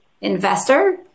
investor